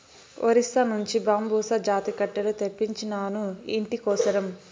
ఒరిస్సా నుంచి బాంబుసా జాతి కట్టెలు తెప్పించినాను, ఇంటి కోసరం